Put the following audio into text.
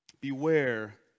Beware